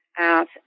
out